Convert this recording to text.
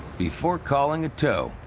before calling a tow,